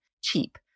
cheap